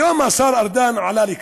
היום השר ארדן עלה לכאן.